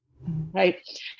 right